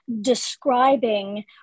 describing